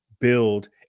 build